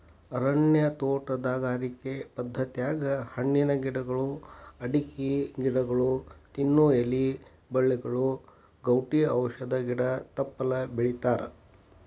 ಅರಣ್ಯ ತೋಟಗಾರಿಕೆ ಪದ್ಧತ್ಯಾಗ ಹಣ್ಣಿನ ಗಿಡಗಳು, ಅಡಕಿ ಗಿಡಗೊಳ, ತಿನ್ನು ಎಲಿ ಬಳ್ಳಿಗಳು, ಗೌಟಿ ಔಷಧ ಗಿಡ ತಪ್ಪಲ ಬೆಳಿತಾರಾ